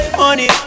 money